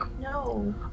No